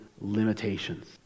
limitations